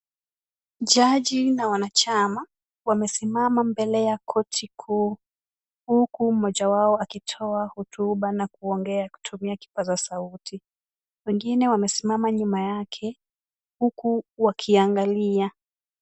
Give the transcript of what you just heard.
Jaji na wanachama wamesimama mbele ya koti kuu, huku mmoja wao akitoa hotuba na kuongea kutumia kipaza sauti. Wengine wamesimama nyuma yake huku wakiangalia.